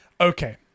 okay